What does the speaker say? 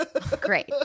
Great